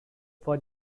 for